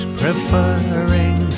preferring